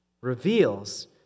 reveals